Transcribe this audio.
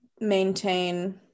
maintain